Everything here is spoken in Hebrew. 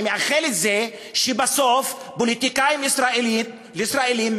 אני מאחל שבסוף פוליטיקאים ישראלים,